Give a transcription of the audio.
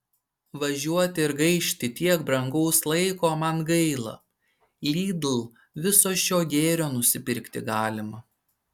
važiuoti ir gaišti tiek brangaus laiko man gaila lidl viso šio gėrio nusipirkti galima